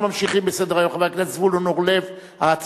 היא תועבר לוועדת הכנסת על מנת שתכריע מהי